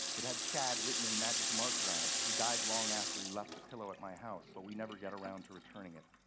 it had chad written in magic marker on it. he died long after he left the pillow at my house, but so we never got around to returning it.